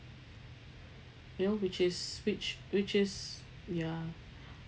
you know which is which which is ya